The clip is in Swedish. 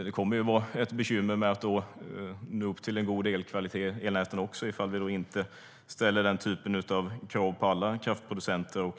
Det kommer att bli ett problem att nå upp till en god elkvalitet i näten ifall vi inte ställer den typen av krav på alla kraftproducenter.